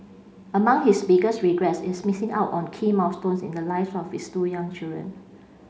among his biggest regrets is missing out on key milestones in the lives of his two young children